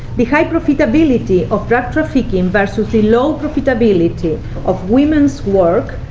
the high profitability of drug trafficking, versus the low profitability of women's work,